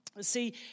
See